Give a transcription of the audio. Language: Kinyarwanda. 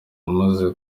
amaze